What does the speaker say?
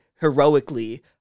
heroically